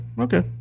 okay